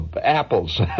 Apples